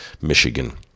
Michigan